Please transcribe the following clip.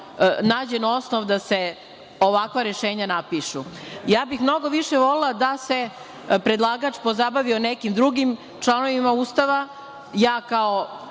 nađen osnov da se ovakva rešenja napišu? Ja bih mnogo više volela da se predlagač pozabavio nekim drugim članovima Ustava. Ja kao